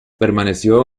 permaneció